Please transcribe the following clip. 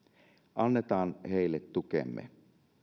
annetaan heille tukemme